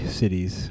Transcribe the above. cities